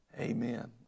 Amen